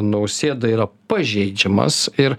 nausėda yra pažeidžiamas ir